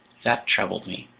that troubled me,